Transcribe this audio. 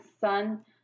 sun